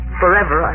forever